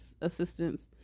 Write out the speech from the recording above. assistance